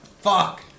fuck